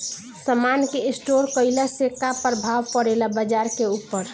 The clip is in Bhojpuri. समान के स्टोर काइला से का प्रभाव परे ला बाजार के ऊपर?